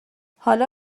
حالا